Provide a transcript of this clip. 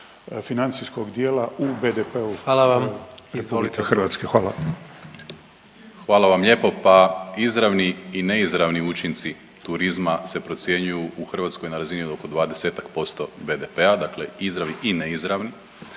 financijskog dijela u BDP-u …/Upadica: Hvala vam./… RH. Hvala. **Primorac, Marko** Hvala vam lijepo, pa izravni i neizravni učinci turizma se procjenjuju u Hrvatskoj na razini od oko 20% BDP-a, dakle izravni i neizravni.